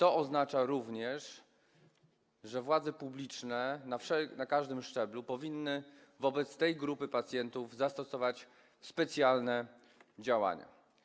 Oznacza to również, że władze publiczne na każdym szczeblu powinny wobec tej grupy pacjentów zastosować specjalne działania.